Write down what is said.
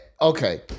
Okay